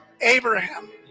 Abraham